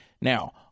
Now